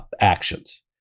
actions